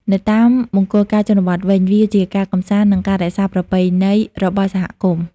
នៅតាមមង្គលការជនបទវិញ វាជាការកម្សាន្តនិងការរក្សាប្រពៃណីរបស់សហគមន៍។